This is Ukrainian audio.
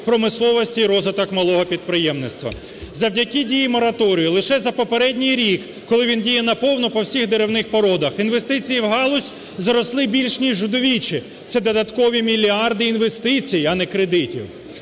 промисловості і розвиток малого підприємництва. Завдяки дії мораторію лише за попередній рік, коли він діяв на повну по всіх деревних породах, інвестиції у галузь зросли більше ніж у двічі, це додаткові мільярди інвестицій, а не кредитів.